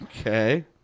Okay